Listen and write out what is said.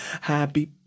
happy